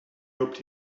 hoped